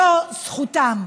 זו זכותם.